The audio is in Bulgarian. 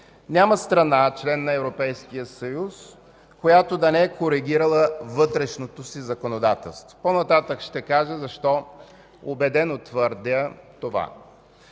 няма страна – член на Европейския съюз, която да не е коригирала вътрешното си законодателство. По-нататък ще кажа защо убедено твърдя това.